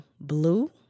blue